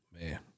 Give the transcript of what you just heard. Man